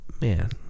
Man